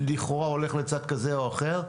הולך לצד כזה או אחר,